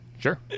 Sure